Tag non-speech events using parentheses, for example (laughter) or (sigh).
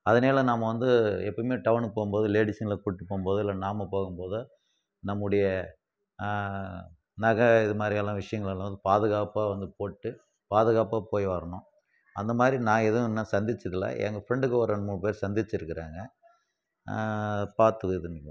அதனால் நாம் வந்து எப்போயுமே டவுனுக்கு போகும்போது லேடிஸுங்குல கூப்பிட்டு போகும்போது இல்லை நாம் போகும்போதோ நம்முடைய நகை இதுமாதிரியான விஷயங்களலாம் பாதுக்காப்பாக வந்து போட்டு பாதுகாப்பாக போய் வரணும் அந்தமாதிரி நான் எதுவும் இன்னும் சந்தித்தது இல்லை எங்கள் ஃப்ரெண்டுங்க ஒரு ரெண்டு மூணு பேர் சந்திச்சிருக்கிறாங்க பார்த்து இதுன்னுங்க (unintelligible)